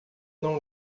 não